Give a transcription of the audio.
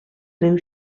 riu